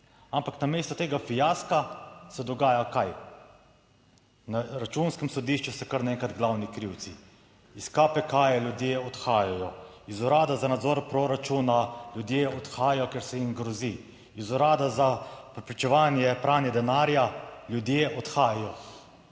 Ampak namesto tega fiaska se dogaja kaj? Na Računskem sodišču so kar naenkrat glavni krivci. Iz KPK, ljudje odhajajo. Iz Urada za nadzor proračuna ljudje odhajajo, ker se jim grozi iz Urada za preprečevanje pranja denarja ljudje odhajajo.